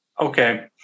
okay